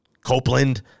Copeland